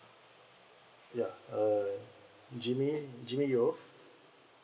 yeah uh jimmy jimmy yeoh